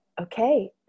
okay